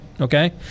Okay